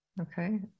Okay